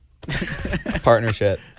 partnership